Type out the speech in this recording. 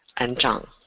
and zhang.